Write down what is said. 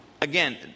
Again